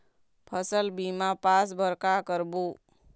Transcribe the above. फसल बीमा पास बर का करबो?